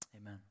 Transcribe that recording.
Amen